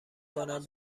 کنم